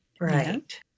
right